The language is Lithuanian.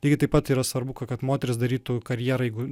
lygiai taip pat yra svarbu ka kad moteris darytų karjerą jeigu